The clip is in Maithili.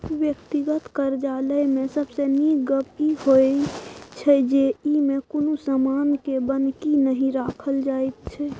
व्यक्तिगत करजा लय मे सबसे नीक गप ई होइ छै जे ई मे कुनु समान के बन्हकी नहि राखल जाइत छै